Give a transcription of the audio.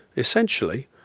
essentially,